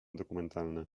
dokumentalne